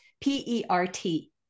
P-E-R-T